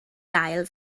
gael